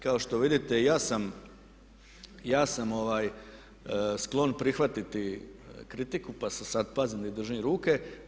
Kao što vidite ja sam sklon prihvatiti kritiku pa se sada pazim gdje držim ruke.